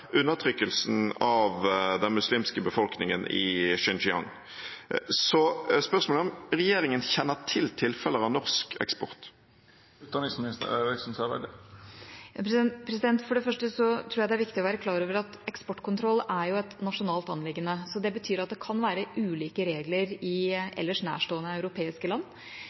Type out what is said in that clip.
undertrykkelsen av den muslimske befolkningen i Xinjiang. Så spørsmålet er: Kjenner regjeringen til tilfeller av norsk eksport? For det første tror jeg det er viktig å være klar over at eksportkontroll er et nasjonalt anliggende, og det betyr at det kan være ulike regler i ellers nærstående europeiske land.